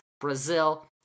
brazil